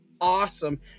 awesome